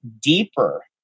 deeper